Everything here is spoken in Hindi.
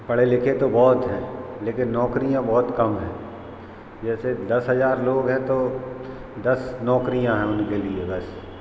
पढ़े लिखे तो बहुत हैं लेकिन नौकरियाँ बहुत कम हैं जैसे दस हज़ार लोग हैं तो दस नौकरियाँ हैं उनके लिए बस